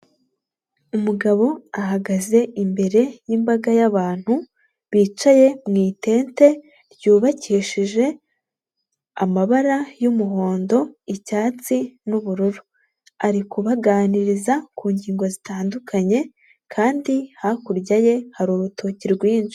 Umugabo ahagaze imbere y'imbaga y'abantu, bicaye mu itente ryubakishije amabara y'umuhondo, icyatsi n'ubururu, ari kubaganiriza ku ngingo zitandukanye kandi hakurya ye hari urutoki rwinshi.